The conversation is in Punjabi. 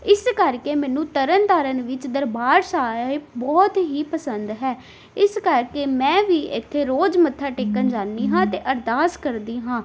ਇਸ ਕਰਕੇ ਮੈਨੂੰ ਤਰਨ ਤਾਰਨ ਵਿੱਚ ਦਰਬਾਰ ਸਾਹਿਬ ਬਹੁਤ ਹੀ ਪਸੰਦ ਹੈ ਇਸ ਕਰਕੇ ਮੈਂ ਵੀ ਇੱਥੇ ਰੋਜ਼ ਮੱਥਾ ਟੇਕਣ ਜਾਂਦੀ ਹਾਂ ਅਤੇ ਅਰਦਾਸ ਕਰਦੀ ਹਾਂ